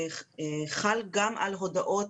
חל גם על הודעות